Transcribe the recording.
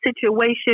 situation